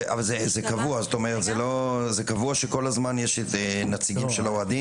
אבל זה קבוע שכל הזמן יש נציגים של האוהדים?